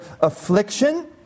affliction